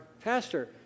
pastor